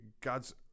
god's